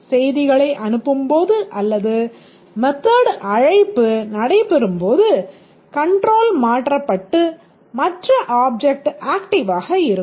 செய்திகளை அனுப்பும்போது அல்லது மெத்தட் அழைப்பு நடைபெறும்போது கன்ட்ரோல் மாற்றப்பட்டு மற்ற ஆப்ஜெக்ட் ஆக்டிவாக இருக்கும்